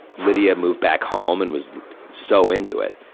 lydia moved back home and was so into it.